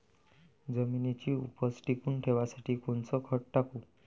जमिनीची उपज टिकून ठेवासाठी कोनचं खत टाकू?